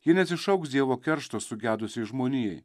ji nesišauks dievo keršto sugedusiai žmonijai